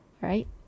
right